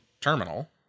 terminal